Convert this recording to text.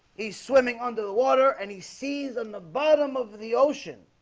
he's swimming under the water, and he sees on the bottom of the ocean